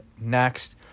next